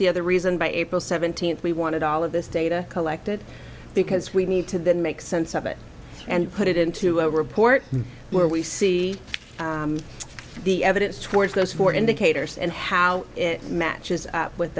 the other reason by april seventeenth we wanted all of this data collected because we need to then make sense of it and put it into a report where we see the evidence towards those four indicators and how it matches up with